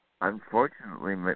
unfortunately